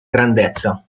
grandezza